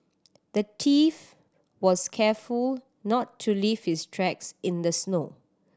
the thief was careful not to leave his tracks in the snow